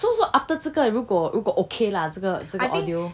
so so after 这个如果 for 如果 okay lah 这个这个 audio